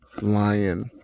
lion